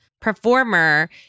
performer